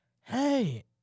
Hey